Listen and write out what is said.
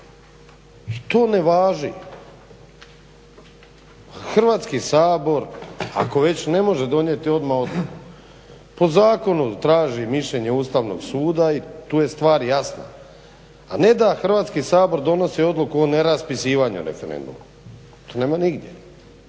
i to ne važi. Pa Hrvatski sabor ako već ne može donijeti odmah odluku po zakonu traži mišljenje Ustavnog suda i tu je stvar jasna, a ne da Hrvatski sabor donosi odluku o neraspisivanju referenduma, to nema nigdje,